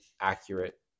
accurate